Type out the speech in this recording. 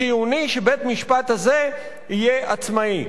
חיוני שבית-המשפט הזה יהיה עצמאי.